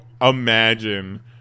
imagine